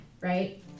right